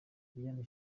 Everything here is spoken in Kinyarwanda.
diane